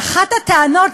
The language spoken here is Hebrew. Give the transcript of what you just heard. ואחת הטענות,